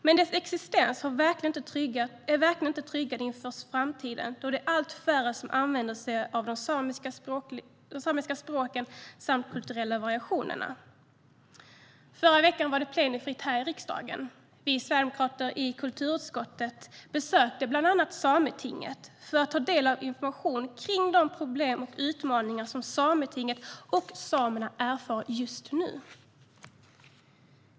Men dess existens är verkligen inte tryggad inför framtiden då det är allt färre som använder sig av de samiska språken samt de kulturella variationerna. Förra veckan var det plenifritt här i riksdagen. Vi sverigedemokrater i kulturutskottet besökte bland annat Sametinget för att ta del av information om de problem och utmaningar som Sametinget och samerna erfar just nu.